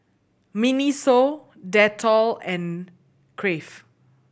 MINISO Dettol and Crave